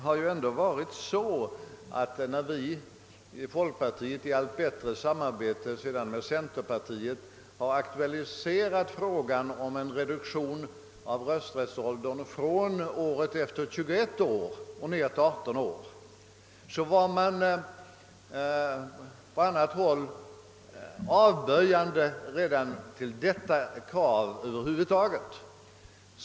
När vi i folkpartiet — i allt bättre samarbete med centerpartiet — aktualiserat frågan om en sänkning av rösträttsåldern från året efter 21 och ned till året efter 18 års ålder har man på annat håll till en början avvisat en sänkning över huvud taget.